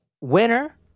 winner